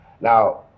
Now